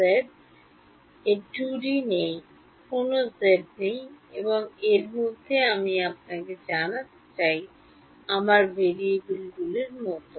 Z এ 2 D নেই কোনও জেড নেই এবং এর মধ্যে আমি আপনাকে জানি আমার ভেরিয়েবলগুলি এর মতো